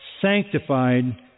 sanctified